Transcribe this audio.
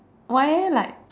why eh like